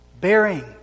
Bearing